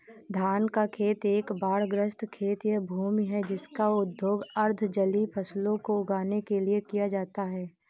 धान का खेत एक बाढ़ग्रस्त खेत या भूमि है जिसका उपयोग अर्ध जलीय फसलों को उगाने के लिए किया जाता है